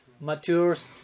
matures